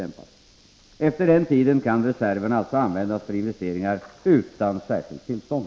Efter denna tid kan reserverna alltså användas för investeringar utan särskilt tillstånd.